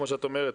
וכמו שאת אומרת,